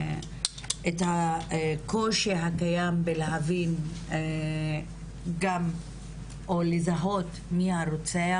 את הקושי הקיים בלהבין גם או לזהות מי הרוצח,